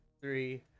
three